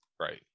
right